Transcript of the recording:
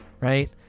right